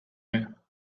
air